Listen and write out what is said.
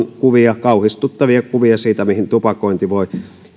on esimerkiksi kauhistuttavia kuvia siitä mihin tupakointi voi